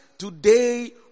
Today